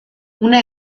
una